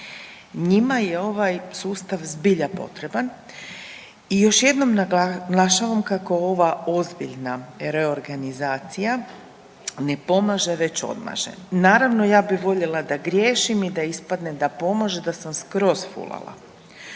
Njima je ovaj sustav zbilja potreban i još jednom naglašavam kako ova ozbiljna reorganizacija ne pomaže već odmaže. Naravno ja bih voljela da griješim i da ispadne da pomaže, da sam skroz fulala.